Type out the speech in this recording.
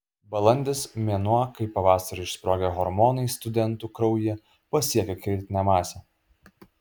balandis mėnuo kai pavasarį išsprogę hormonai studentų kraujyje pasiekia kritinę masę